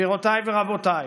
גבירותיי ורבותיי,